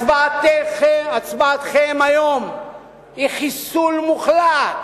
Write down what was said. הצבעתכם היום היא חיסול מוחלט